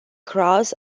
cross